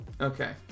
Okay